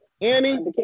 Annie